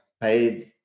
paid